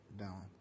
down